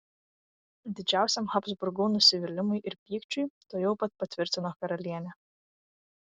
didžiausiam habsburgų nusivylimui ir pykčiui tuojau pat patvirtino karalienė